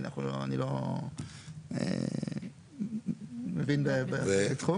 אנחנו לא מבינים בתחום.